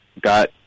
got